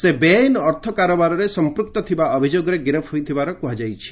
ସେ ବେଆଇନ ଅର୍ଥ କାରବାରରେ ସଫପୂକ୍ତ ଥିବା ଅଭିଯୋଗରେ ଗିରଫ ହୋଇଥିବା କୁହାଯାଇଛି